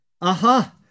Aha